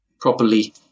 properly